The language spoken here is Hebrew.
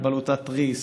על בלוטת תריס,